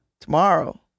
tomorrow